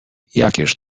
jakież